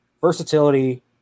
versatility